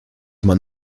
man